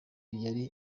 yari